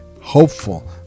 hopeful